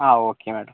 ആ okay madam